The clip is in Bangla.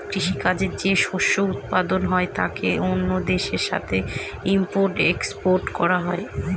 কৃষি কাজে যে শস্য উৎপাদন হয় তাকে অন্য দেশের সাথে ইম্পোর্ট এক্সপোর্ট করা হয়